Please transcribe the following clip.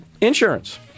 insurance